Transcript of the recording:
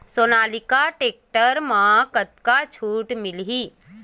Sonalika tractor म कतका छूट मिलही?